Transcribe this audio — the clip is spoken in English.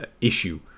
issue